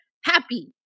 Happy